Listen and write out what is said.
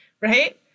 right